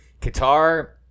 Qatar